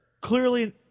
Clearly